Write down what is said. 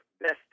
best